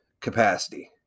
capacity